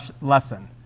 lesson